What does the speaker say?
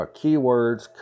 keywords